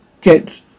get